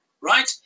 right